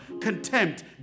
contempt